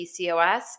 PCOS